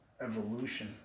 evolution